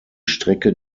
strecke